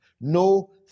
No